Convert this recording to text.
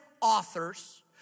authors